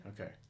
Okay